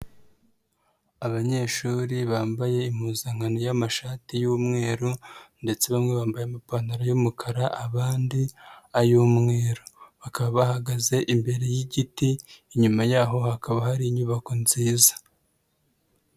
Abanyeshuri bambaye impuzankano y'amashati y'umweru ndetse bamwe bambaye amapantaro y'umukara, abandi ay'umweru. Bakaba bahagaze imbere y'igiti, inyuma yaho hakaba hari inyubako nziza.